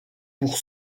pour